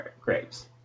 grapes